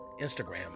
Instagram